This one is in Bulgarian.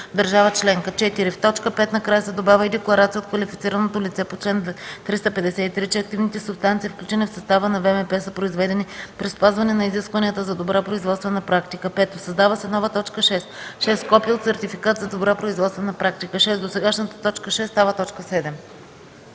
държава членка;”. 4. В т. 5 накрая се добавя „и декларация от квалифицираното лице по чл. 353, че активните субстанции, включени в състава на ВМП, са произведени при спазване на изискванията за добра производствена практика”. 5. Създава се нова т. 6: „6. копие от сертификат за Добра производствена практика;”. 6. Досегашната т. 6 става т.